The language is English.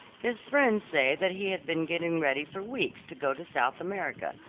his friends say that he had been getting ready for weeks to go to south america,